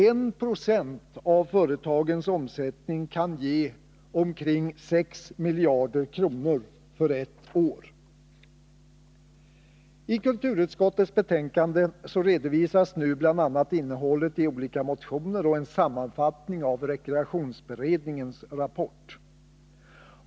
1 96 av företagens omsättning kan ge omkring 6 miljarder kronor på ett år. I kulturutskottets betänkande redovisas nu bl.a. innehållet i olika motioner och en sammanfattning av rekreationsberedningens rapport.